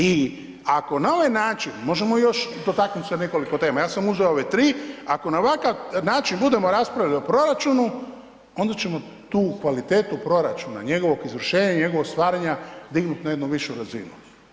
I ako na ovaj način možemo još dotaknuti se nekoliko tema, ja sam uzeo ove tri, ako na ovakav način budemo raspravljali o proračunu onda ćemo tu kvalitetu proračuna i njegovo izvršenje njegovog stvaranja dignuti na jednu višu razinu.